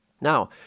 Now